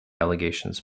allegations